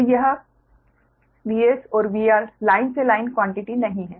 तो यह VS और VR लाइन से लाइन क्वान्टिटी नहीं है